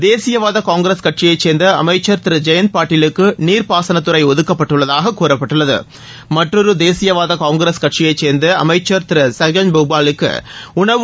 தேசிய வாத காங்கிரஸ் கட்சியைச் சேர்ந்த அமைச்சர் திரு ஜெயந்த் பாட்டிலுக்கு நீர்ப்பாசனத்துறை ஒதுக்கப்பட்டுள்ளதாகக் கூறப்பட்டுள்ளது மற்றொரு தேசிய வாத காங்கிரஸ் கட்சியைச் சேர்ந்த அமைச்சர் திரு சகன் புஜ்பாலுக்கு உணவு